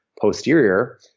posterior